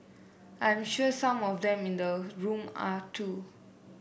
I'm sure some of them in the room are too